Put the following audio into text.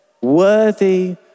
Worthy